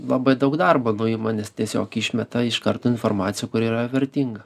labai daug darbo nuima nes tiesiog išmeta iš karto informaciją kuri yra vertinga